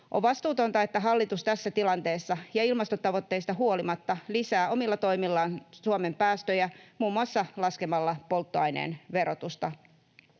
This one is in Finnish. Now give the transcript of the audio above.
On vastuutonta, että hallitus tässä tilanteessa ja ilmastotavoitteista huolimatta lisää omilla toimillaan Suomen päästöjä muun muassa laskemalla polttoaineen verotusta.